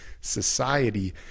society